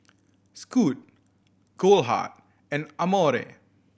Scoot Goldheart and Amore